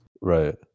right